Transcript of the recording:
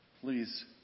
please